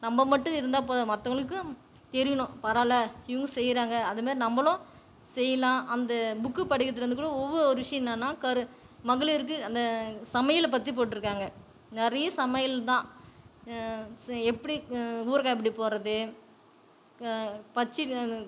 நம்ப மட்டும் இருந்தால் போதாது மற்றவங்களுக்கும் தெரியணும் பரவாயில்ல இவங்க செய்கிறாங்க அதேமாதிரி நம்பளும் செய்யலாம் அந்த புக்கு படிக்கிறதுலேருந்து கூடம் ஒவ்வொரு விஷயம் என்னான்னால் கரு மகளிருக்கு அந்த சமயலை பற்றி போட்டிருக்காங்க நிறைய சமையல் தான் ச எப்படி ஊறுகாய் எப்படி போடுறது பச்சி